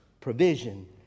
provision